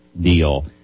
deal